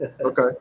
Okay